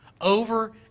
over